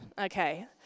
Okay